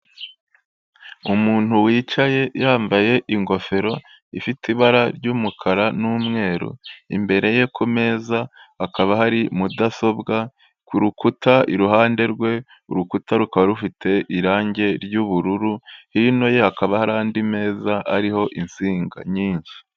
Umuntu wicaye yambaye ingofero ifite ibara ry'umukara n'umweru, imbere ye kumeza hakaba hari mudasobwa, ku rukuta iruhande rwe urukuta rukaba rufite irangi ry'ubururu, hino hakaba hari andi meza ariho insinga nyinshi.